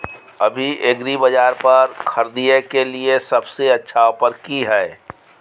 अभी एग्रीबाजार पर खरीदय के लिये सबसे अच्छा ऑफर की हय?